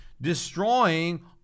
destroying